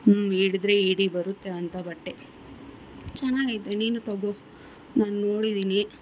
ಹ್ಞೂ ಹಿಡಿದ್ರ ಇಡಿ ಬರುತ್ತೆ ಅಂಥ ಬಟ್ಟೆ ಚೆನ್ನಾಗೈತೆ ನೀನು ತಗೋ ನಾನು ನೋಡಿದೀನಿ